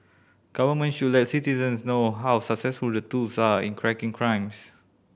governments should let citizens know how successful the tools are in cracking crimes